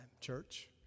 church